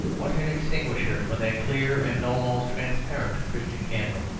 what an extinguisher for that clear and almost transparent christian candle!